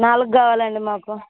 నాలుగు కావాలండి మాకు